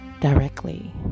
directly